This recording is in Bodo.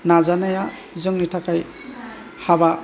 नाजानाया जोंनि थाखाय हाबा